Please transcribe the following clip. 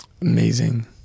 Amazing